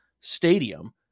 stadium